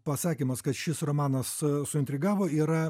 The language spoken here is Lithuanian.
pasakymas kad šis romanas suintrigavo yra